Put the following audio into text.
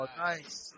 nice